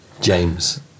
James